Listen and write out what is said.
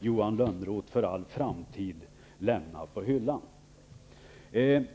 Johan Lönnroth för all framtid skall lägga den här typen av debatt på hyllan.